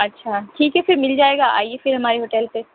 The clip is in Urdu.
اچھا ٹھیک ہے پھر مل جائے گا آئیے پھر ہماری ہوٹل پہ